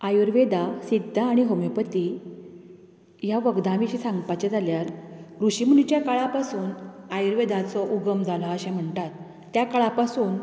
आयुर्वेदा सिद्धा आनी होमियोपाथी ह्या वखदां विशीं सांगपाचे जाल्यार ऋशि मुनिच्या काळापासून आयुर्वेदाचो उगम जाला अशें म्हणटात त्या काळा पासून